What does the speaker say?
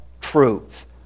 truth